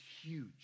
huge